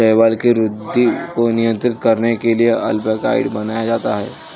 शैवाल की वृद्धि को नियंत्रित करने के लिए अल्बिकाइड बनाया जाता है